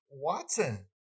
Watson